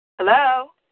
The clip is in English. Hello